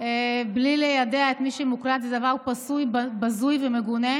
בלי ליידע את מי שמוקלט זה דבר בזוי ומגונה,